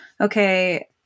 okay